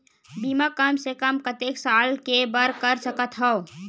बीमा कम से कम कतेक साल के बर कर सकत हव?